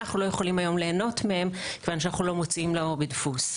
אנחנו לא יכולים היום ליהנות מהם כיוון שאנחנו לא מוציאים לאור בדפוס.